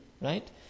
right